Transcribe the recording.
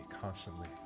constantly